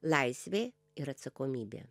laisvė ir atsakomybė